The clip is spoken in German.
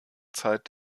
zeit